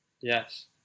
Yes